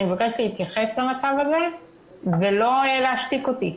אני מבקשת להתייחס למצב הזה ולא להשתיק אותי,